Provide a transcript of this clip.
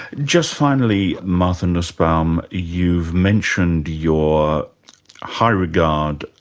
just finally martha nussbaum, you've mentioned your high regard,